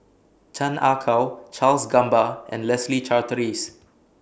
Chan Ah Kow Charles Gamba and Leslie Charteris